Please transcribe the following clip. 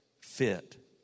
fit